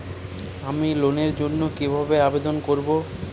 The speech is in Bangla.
আমি লোনের জন্য কিভাবে আবেদন করব?